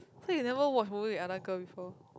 so you never watch movie with other girl before